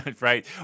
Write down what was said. right